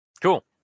Cool